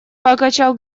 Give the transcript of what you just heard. покачал